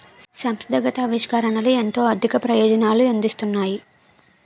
సంస్థాగత ఆవిష్కరణలే ఎంతో ఆర్థిక ప్రయోజనాలను అందిస్తున్నాయి